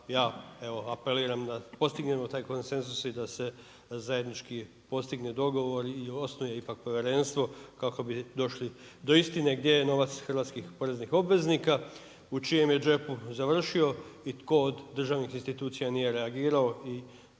apeliram da postignemo taj konsenzus i da se zajednički postigne dogovor i osnuje ipak povjerenstvo kako bi došli do istine gdje je novac hrvatskih poreznih obveznika. U čijem je džepu završio i tko od državnih institucija nije reagirao i